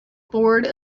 board